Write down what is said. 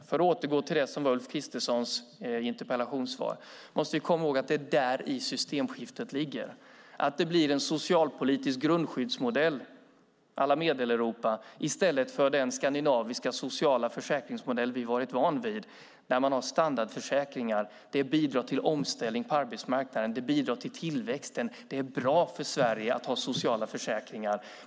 För att återgå till Ulf Kristerssons interpellationssvar: I grunden måste vi komma ihåg att det är däri systemskiftet ligger; det blir en socialpolitisk grundskyddsmodell à la Medeleuropa i stället för den skandinaviska sociala försäkringsmodell vi har varit vana vid där man har standardförsäkringar. Det bidrar till omställning på arbetsmarknaden. Det bidrar till tillväxten. Det är bra för Sverige att ha sociala försäkringar.